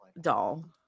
doll